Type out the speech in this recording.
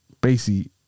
basically-